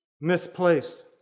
misplaced